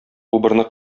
убырны